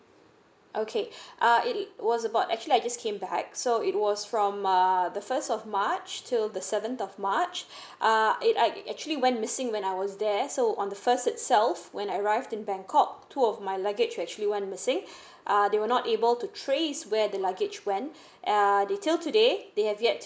okay uh it was about actually I just came back so it was from err the first of march till the seventh of march uh it I I actually went missing when I was there so on the first itself when I arrived in bangkok two of my luggage actually went missing uh they were not able to trace where the luggage when err until today they have yet